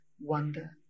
wonder